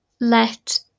let